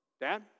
Dad